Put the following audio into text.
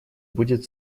будет